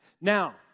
Now